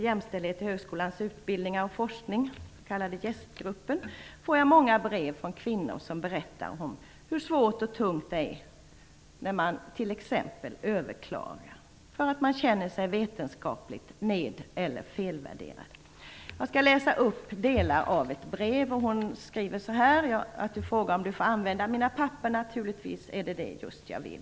JÄST-gruppen, får jag många brev från kvinnor som berättar om hur svårt och tungt det är att t.ex. överklaga för att man känner sig vetenskapligt nedeller felvärderad. Jag skall läsa upp delar av ett brev. Det står: Du frågar om du får använda mina papper. Naturligtvis, det är just det jag vill.